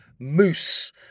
moose